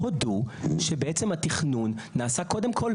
הודו שבעצם התכנון נעשה קודם כל,